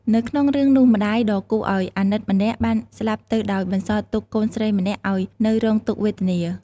នៅក្នុងរឿងនោះ ម្តាយដ៏គួរឱ្យអាណិតម្នាក់បានស្លាប់ទៅដោយបន្សល់ទុកកូនស្រីម្នាក់ឱ្យនៅរងទុក្ខវេទនា។